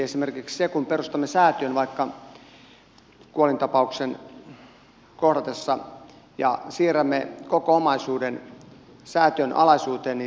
esimerkiksi kun vaikka kuolintapauksen kohdatessa perustamme säätiön ja siirrämme koko omaisuuden säätiön alaisuuteen niin siinä ei sitten perintöveroja makseta